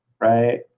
Right